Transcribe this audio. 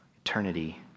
eternity